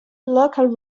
local